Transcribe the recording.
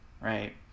right